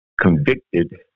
convicted